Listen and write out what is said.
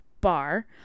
bar